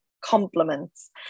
compliments